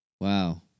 wow